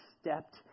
stepped